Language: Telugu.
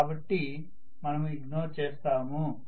కాబట్టి మనము ఇగ్నోర్ చేస్తాము